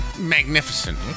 Magnificent